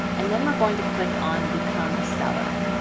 and then we're going to click on become a seller.